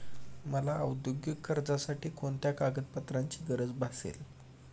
मला औद्योगिक कर्जासाठी कोणत्या कागदपत्रांची गरज भासेल?